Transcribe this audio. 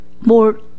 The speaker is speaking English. more